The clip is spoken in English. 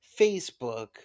Facebook